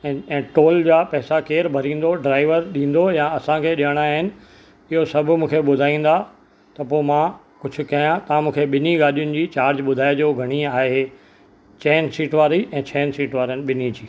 ऐं ऐं टोल जा पैसा केरु भरींदो ड्राइवर ॾींदो या असांखे ॾियणा आहिनि इहो सभु मूंखे ॿुधाईंदा त पोइ मां कुझु कयां तव्हां मूंखे ॿिनी गाॾीयुनि जी चार्ज ॿुधाइजो घणी आहे चइनि सीट वारी ऐं छहनि सीट वारनि ॿिन्ही जी